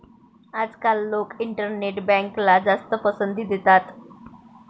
आजकाल लोक इंटरनेट बँकला जास्त पसंती देतात